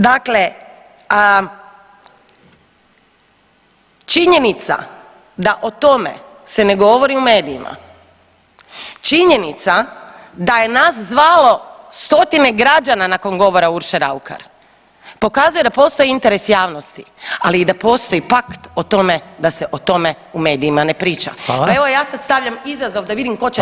Dakle, činjenica da o tome se ne govori u medijima, činjenica da je nas zvalo stotine građana nakon govora Urše Raukar pokazuje da postoji interes javnosti, ali i da postoji pakt o tome da se o tome u medijima ne priča [[Upadica: Hvala]] pa evo ja sad stavljam izazov da vidim ko će…